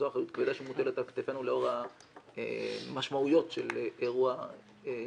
זו אחריות כבדה שמוטלת על כתפינו לאור המשמעויות של אירוע כזה.